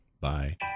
Bye